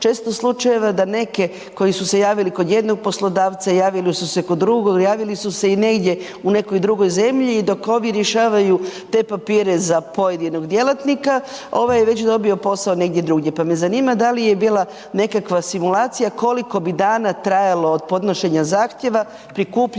često slučajeva da neke koji su se javili kod jednog poslodavci, javili su se kod drugog, javili su se i negdje u nekoj drugoj zemlji i dok ovi rješavaju te papire za pojedinog djelatnika, ovaj je već dobio posao negdje drugdje, pa me zanima da li je bila nekakva simulacija koliko bi dana trajalo od podnošenja zahtjeva, prikupljanje